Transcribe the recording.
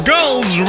Girls